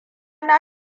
na